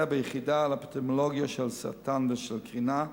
בימים אלה ביחידה לאפידמיולוגיה של סרטן ושל קרינה.